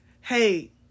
hey